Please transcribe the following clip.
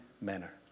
manner